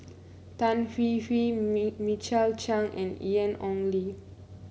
Tan Hwee Hwee Mi Michael Chiang and Ian Ong Li